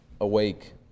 awake